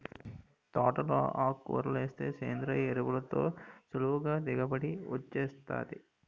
తోటలో ఆకుకూరలేస్తే సేంద్రియ ఎరువులతో సులువుగా దిగుబడి వొచ్చేత్తాది